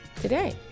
today